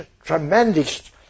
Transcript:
tremendous